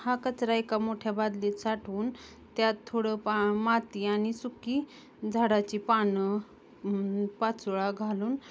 हा कचरा एका मोठ्या बादलीत साठवून त्यात थोडं पा माती आणि सुकी झाडाची पानं पाचोळा घालून